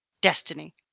destiny